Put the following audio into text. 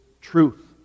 truth